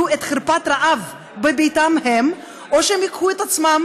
בחרפת רעב בביתם שלהם או שהם ייקחו את עצמם